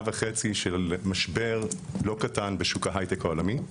וחצי של משבר לא קטן בשוק ההייטק העולמי.